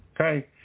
okay